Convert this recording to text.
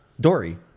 Dory